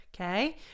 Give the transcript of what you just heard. okay